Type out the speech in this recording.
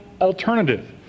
alternative